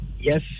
yes